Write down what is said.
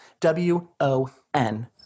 W-O-N